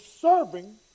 serving